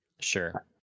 Sure